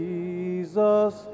Jesus